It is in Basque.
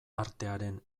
artearen